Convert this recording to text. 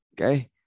Okay